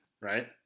right